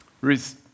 Ruth